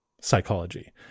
psychology